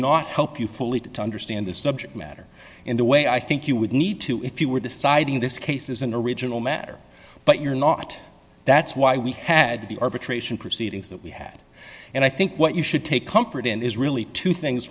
not help you fully understand this subject matter in the way i think you would need to if you were deciding this case is an original matter but you're not that's why we had the arbitration proceedings that we had and i think what you should take comfort in is really two things